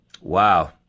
Wow